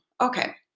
Okay